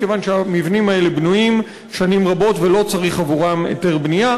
מכיוון שהמבנים האלה בנויים שנים רבות ולא צריך עבורם היתר בנייה.